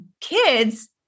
kids